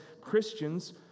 Christians